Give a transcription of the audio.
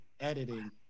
editing